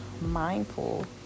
mindful